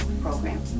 program